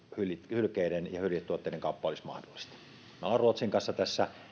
hylkeiden ja hyljetuotteiden kauppa olisi mahdollista me olemme ruotsin kanssa tässä